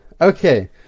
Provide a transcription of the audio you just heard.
Okay